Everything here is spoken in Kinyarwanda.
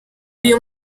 uyu